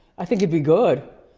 i think it'd be good.